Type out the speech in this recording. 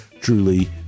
truly